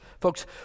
Folks